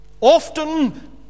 often